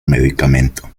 medicamento